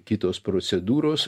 kitos procedūros